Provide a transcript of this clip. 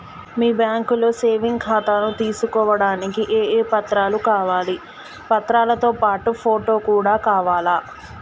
మీ బ్యాంకులో సేవింగ్ ఖాతాను తీసుకోవడానికి ఏ ఏ పత్రాలు కావాలి పత్రాలతో పాటు ఫోటో కూడా కావాలా?